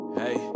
hey